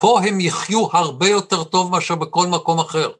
פה הם יחיו הרבה יותר טוב ממה שבכל מקום אחר.